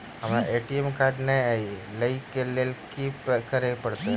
हमरा ATM card नै अई लई केँ लेल की करऽ पड़त?